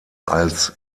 als